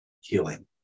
healing